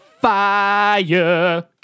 fire